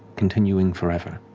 continuing forever.